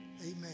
amen